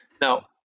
Now